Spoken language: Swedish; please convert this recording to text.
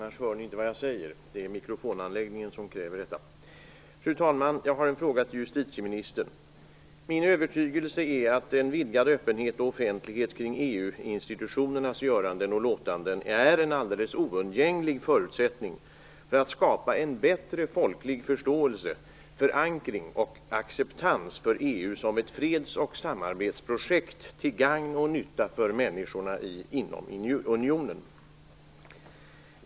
Fru talman! Jag har en fråga till justitieministern. Min övertygelse är att en vidgad öppenhet och offentlighet kring EU-institutionernas göranden och låtanden är en alldeles oundgänglig förutsättning för att skapa en bättre folklig förståelse, förankring och acceptans vad gäller EU som ett freds och samarbetsprojekt till gagn och nytta för människorna inom unionen.